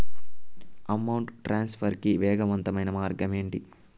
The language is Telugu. అమౌంట్ ట్రాన్స్ఫర్ కి వేగవంతమైన మార్గం ఏంటి